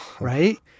right